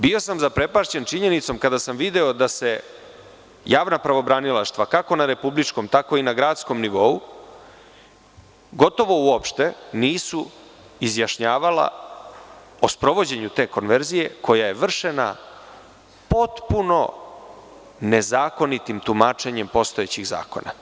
Bio sam zaprepašćen činjenicom kada sam video da se javna pravobranilaštva, kako na republičkom, tako i na gradskom nivou, gotovo uopšte nisu izjašnjavala o sprovođenju te konverzije koja je vršena potpuno nezakonitim tumačenjem postojećih zakona.